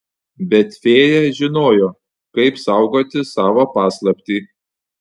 bet fėja žinojo kaip saugoti savo paslaptį